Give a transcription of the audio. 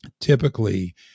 typically